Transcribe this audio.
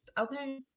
Okay